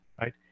right